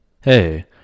Hey